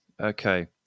Okay